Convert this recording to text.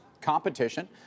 competition